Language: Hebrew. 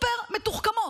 סופר-מתוחכמות,